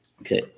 Okay